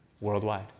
worldwide